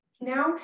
now